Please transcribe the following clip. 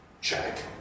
check